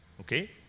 Okay